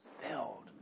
filled